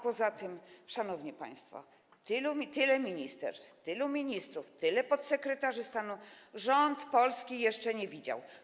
Poza tym, szanowni państwo, tyle ministerstw, tylu ministrów, tylu podsekretarzy stanu polski rząd jeszcze nie widział.